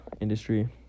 industry